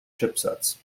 chipsets